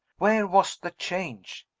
where was the change?